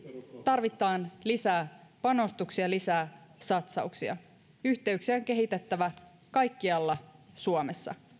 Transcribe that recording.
tarvitaan lisää panostuksia ja lisää satsauksia yhteyksiä on kehitettävä kaikkialla suomessa